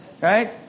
Right